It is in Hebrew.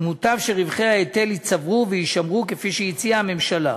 ומוטב שרווחי ההיטל ייצברו ויישמרו כפי שהציעה הממשלה.